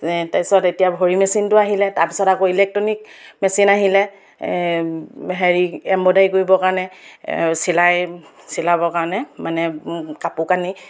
তাৰপিছত এতিয়া ভৰি মেচিনটো আহিলে তাৰপিছত আকৌ ইলেক্ট্ৰনিক মেচিন আহিলে এই হেৰি এম্ব্ৰইডাৰী কৰিবৰ কাৰণে চিলাই চিলাবৰ কাৰণে মানে কাপোৰ কানি